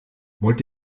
wollt